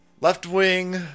Left-wing